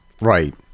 Right